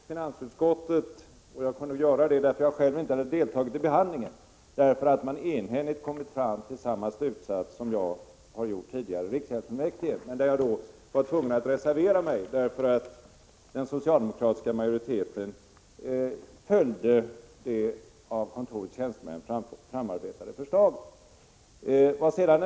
Herr talman! Jag har berömt finansutskottet och det har jag kunnat göra, eftersom jag själv inte har deltagit i behandlingen. I utskottet hade man enhälligt kommit fram till samma slutsats som jag själv gjort tidigare. I riksgäldsfullmäktige var jag tvungen att reservera mig, därför att den socialdemokratiska majoriteten följde det av kontorets tjänstemän framarbetade förslaget.